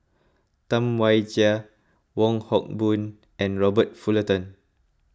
Tam Wai Jia Wong Hock Boon and Robert Fullerton